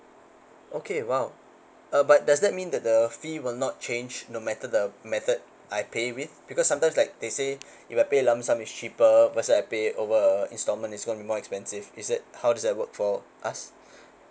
okay !wow! uh but does that mean that the fee will not change no matter the method I pay with because sometimes like they say if I pay lump sum it's cheaper versus I pay over a installment is going to be more expensive is that how does that work for us